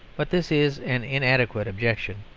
but this is an inadequate objection.